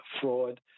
fraud